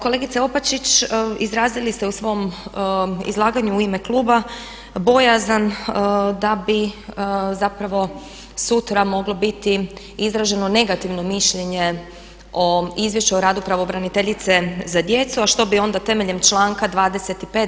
Kolegice Opačić, izrazili ste u svom izlaganju u ime kluba bojazan da bi zapravo sutra moglo biti izraženo negativno mišljenje o Izvješću o radu pravobraniteljice za djecu, a što bi onda temeljem članka 25.